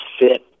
fit